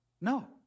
no